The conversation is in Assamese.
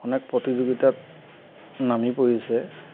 অনেক প্ৰতিযোগিতাত নামি পৰিছে